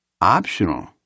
optional